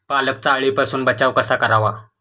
पालकचा अळीपासून बचाव कसा करावा?